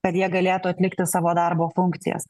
kad jie galėtų atlikti savo darbo funkcijas